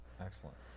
Excellent